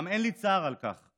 אולם אין לי צער על כך.